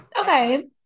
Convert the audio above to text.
Okay